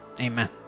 Amen